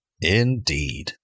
Indeed